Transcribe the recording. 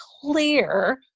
clear